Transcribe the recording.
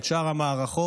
את שאר המערכות,